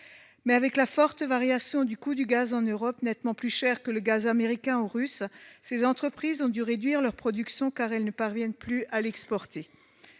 Mais avec la forte variation du coût du gaz en Europe, nettement plus cher que le gaz américain ou russe, ces entreprises ont dû réduire leur production, faute de pouvoir exporter.